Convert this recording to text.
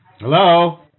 Hello